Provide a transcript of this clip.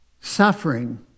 Suffering